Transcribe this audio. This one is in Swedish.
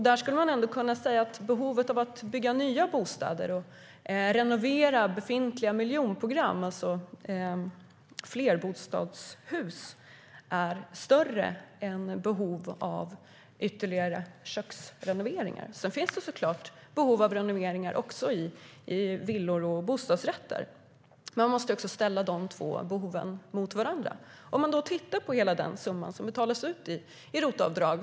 Man skulle ändå kunna säga att behovet av att bygga nya bostäder och renovera befintliga miljonprogram, alltså flerbostadshus, är större än behovet av ytterligare köksrenovering, fast det såklart finns behov av renoveringar också i villor och bostadsrätter. Men man måste ställa de två behoven mot varandra. Man kan titta på hela den summa som betalas ut i ROT-avdrag.